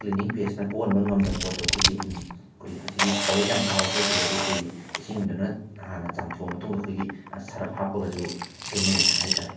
cleaning ꯄꯦꯁꯅ ꯀꯣꯛꯍꯟꯕ ꯉꯝꯗ ꯄꯣꯠꯇꯣ ꯑꯩꯈꯣꯏꯒꯤ ꯑꯩꯈꯣꯏ ꯍꯧꯖꯤꯛꯀꯤ ꯊꯥꯎꯔꯦꯛ ꯌꯥꯝꯅ ꯀꯥꯕ ꯄꯣꯠꯁꯤꯗꯗꯤ ꯑꯩꯈꯣꯏꯒꯤ ꯏꯁꯤꯡꯗꯨꯅ ꯍꯥꯟꯅ ꯆꯥꯝꯊꯣꯛꯑꯕ ꯃꯇꯨꯡꯗ ꯑꯩꯈꯣꯏꯒꯤ ꯁꯔꯞ ꯍꯥꯞꯄꯒꯁꯨ ꯐꯦꯡꯅꯩꯌꯦꯅ ꯍꯥꯏꯕ ꯇꯥꯔꯦ